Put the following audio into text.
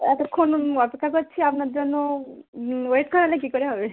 এতক্ষণ অপেক্ষা করছি আপনার জন্য ওয়েট করালে কী করে হবে